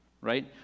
right